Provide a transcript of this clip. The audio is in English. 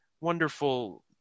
wonderful